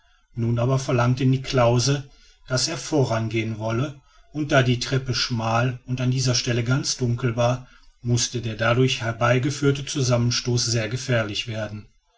nun aber verlangte niklausse daß er vorangehen wolle und da die treppe schmal und an dieser stelle ganz dunkel war mußte der dadurch herbeigeführte zusammenstoß sehr gefährlich werden